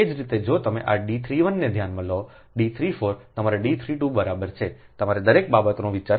તે જ રીતે જો તમે આ D 31 ને ધ્યાનમાં લોડી 34 તમારા D32 બરાબર છે તમારે દરેક બાબતનો વિચાર કરવો પડશે